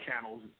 channels